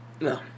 No